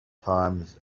times